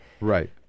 Right